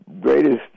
greatest